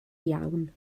iawn